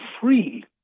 free